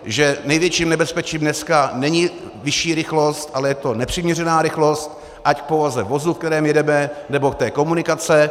Že největším nebezpečím dneska není vyšší rychlost, ale je to nepřiměřená rychlost ať k povaze vozu, ve kterém jedeme, nebo té komunikace.